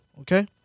Okay